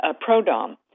pro-dom